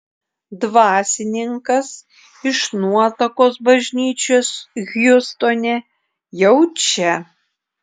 dvasininkas iš nuotakos bažnyčios hjustone jau čia